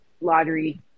lottery